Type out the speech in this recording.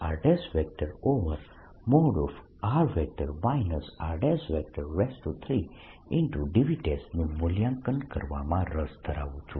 r r|r r|3dV નું મૂલ્યાંકન કરવામાં રસ ધરાવું છું